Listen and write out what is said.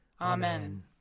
Amen